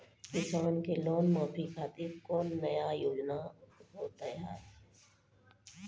किसान के लोन माफी खातिर कोनो नया योजना होत हाव?